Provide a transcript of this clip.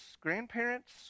grandparents